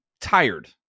tired